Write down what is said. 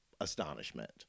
astonishment